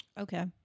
Okay